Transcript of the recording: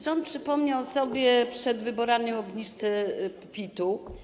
Rząd przypomniał sobie przed wyborami o obniżce PIT-u.